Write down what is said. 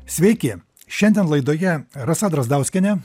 sveiki šiandien laidoje rasa drazdauskienė